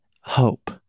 hope